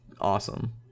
awesome